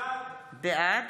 בעד